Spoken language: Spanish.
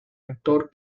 actor